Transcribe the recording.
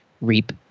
reap